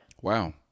Wow